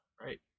right